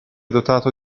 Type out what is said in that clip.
dotato